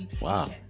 Wow